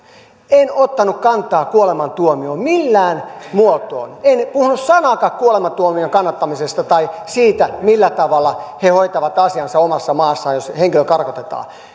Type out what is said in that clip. en ottanut kantaa kuolemantuomioon millään muotoa en puhunut sanaakaan kuolemantuomion kannattamisesta tai siitä millä tavalla he hoitavat asiansa omassa maassaan jos henkilö karkotetaan